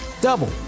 double